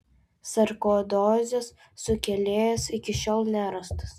sarkoidozės sukėlėjas iki šiol nerastas